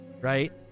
Right